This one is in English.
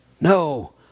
No